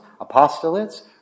apostolates